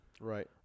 Right